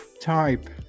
type